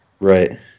right